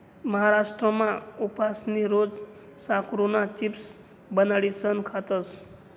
महाराष्ट्रमा उपासनी रोज साकरुना चिप्स बनाडीसन खातस